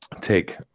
take